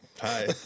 hi